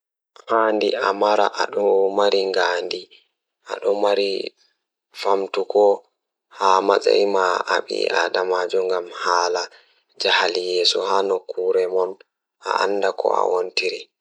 Ko jeyɓe waawde njangol e hoore teddungal ngal. njangol e rewɓe ngal, sabu waawde jokkondirde fiyaangu kadi waawde njangol ngal e rewɓe kadi hoore.